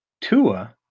Tua